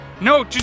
No